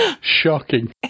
Shocking